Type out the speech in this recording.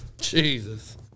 Jesus